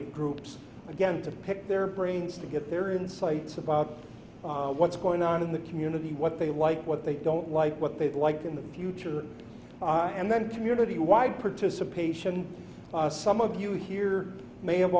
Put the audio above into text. of groups again to pick their brains to get their insights about what's going on in the community what they like what they don't like what they'd like in the future and then community wide participation some of you here may have